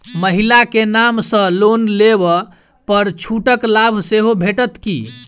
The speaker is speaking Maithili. महिला केँ नाम सँ लोन लेबऽ पर छुटक लाभ सेहो भेटत की?